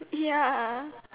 ya